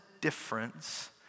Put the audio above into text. difference